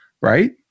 right